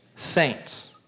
saints